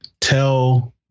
tell